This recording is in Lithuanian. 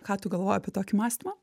ką tu galvoji apie tokį mąstymą